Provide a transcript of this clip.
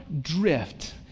drift